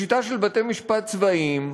בשיטה של בתי-משפט צבאיים,